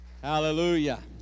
Hallelujah